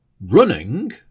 running